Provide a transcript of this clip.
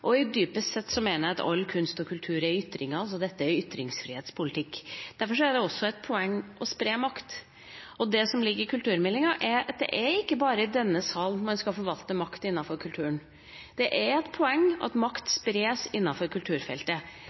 og meninger. Dypest sett mener jeg at all kunst og kultur er ytringer, så dette er ytringsfrihetspolitikk. Derfor er det også et poeng å spre makt. Det som ligger i kulturmeldingen, er at det ikke bare er i denne salen man skal forvalte makt innenfor kulturen, det er et poeng at makt spres innenfor kulturfeltet.